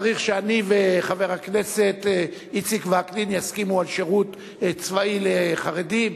צריך שאני וחבר הכנסת איציק וקנין נסכים על שירות צבאי לחרדים,